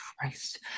Christ